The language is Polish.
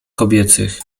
kobiecych